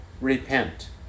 repent